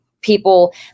people